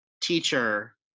teacher